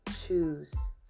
choose